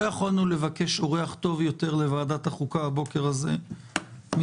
לא יכולנו לבקש אורח טוב יותר לוועדת החוקה הבוקר הזה מחברנו.